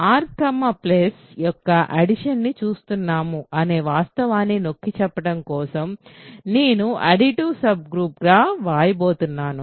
R యొక్క addition ని చూస్తున్నాము అనే వాస్తవాన్ని నొక్కి చెప్పడం కోసం నేను అడిటివ్ సబ్ గ్రూప్ గా వ్రాయబోతున్నాను